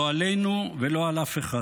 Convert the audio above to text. לא עלינו ולא על אף אחד.